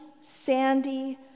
sandy